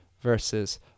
versus